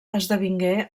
esdevingué